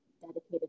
dedicated